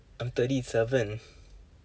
I'm thirty seven